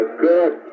good